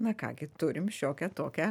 na ką gi turim šiokią tokią